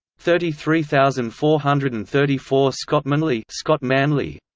thirty three thousand four hundred and thirty four scottmanley scottmanley